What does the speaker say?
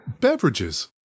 Beverages